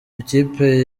ikipe